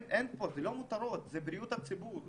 לא מדובר במותרות אלא בבריאות הציבור.